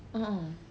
a'ah